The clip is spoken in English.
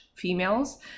females